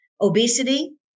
Obesity